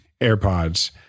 AirPods